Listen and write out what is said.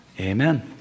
amen